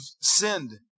sinned